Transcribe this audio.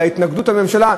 להציג את ההתנגדות הממשלה,